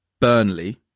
Burnley